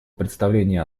представление